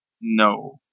No